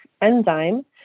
enzyme